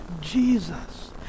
Jesus